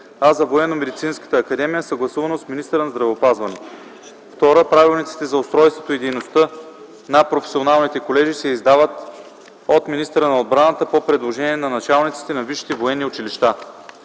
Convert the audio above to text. а за Военномедицинската академия – съгласувано с министъра на здравеопазването. (2) Правилниците за устройството и дейността на професионалните колежи се издават от министъра на отбраната по предложение на началниците на висшите военни училища.